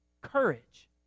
Courage